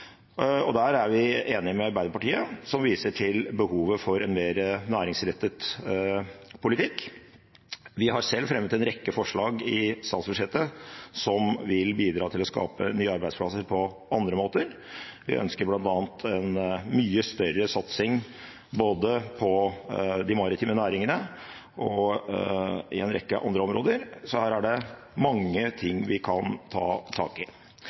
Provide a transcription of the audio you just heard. Der er vi enige med Arbeiderpartiet, som viser til behovet for en mer næringsrettet politikk. Vi har selv fremmet en rekke forslag i vårt alternative statsbudsjett som ville bidratt til å skape nye arbeidsplasser på andre måter. Vi ønsker bl.a. en mye større satsing på de maritime næringene og en rekke andre områder. Så her er det mye vi kan ta tak i.